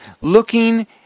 looking